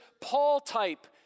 Paul-type